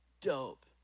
dope